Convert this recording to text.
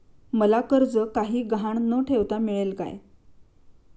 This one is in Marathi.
मला कर्ज काही गहाण न ठेवता मिळेल काय?